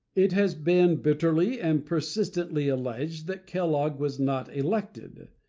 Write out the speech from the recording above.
it has been bitterly and persistently alleged that kellogg was not elected.